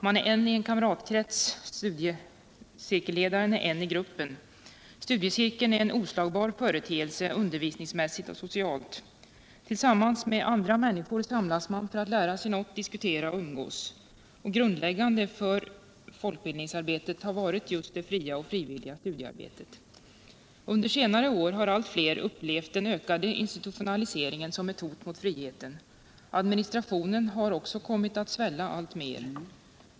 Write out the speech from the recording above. Man är en i en kamratkrets, studieledaren är en i gruppen. Studiecirkeln är en oslagbar företeelse undervisningsmässigt och socialt. Tillsammans med andra människor samlas man för att lära sig något, diskutera och umgås. Grundläggande för folkbildningsarbetet har varit just det fria och frivilliga studiearbetet. Under senare år har allt fler upplevt den ökade institutionaliseringen som ett hot mot friheten. Administrationen har också kommit att svälla alltmer.